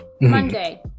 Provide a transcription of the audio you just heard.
Monday